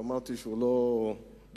ואמרתי שהוא לא דמוקרטי,